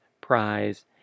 prize